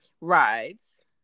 rides